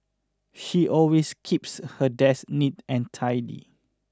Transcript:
she always keeps her desk neat and tidy